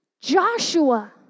Joshua